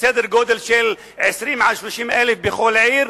בסדר-גודל של 20,000 30,000 בכל עיר.